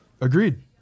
Agreed